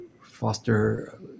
foster